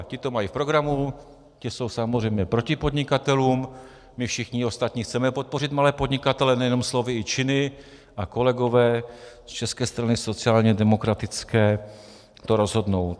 Ti to mají v programu, ti jsou samozřejmě proti podnikatelům, my všichni ostatní chceme podpořit malé podnikatele nejenom slovy, ale i činy, a kolegové z České strany sociálně demokratické to rozhodnou.